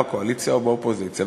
בקואליציה או באופוזיציה,